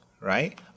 right